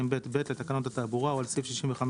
122ב(ב) לתקנות התעבורה או על סעיף 65ג,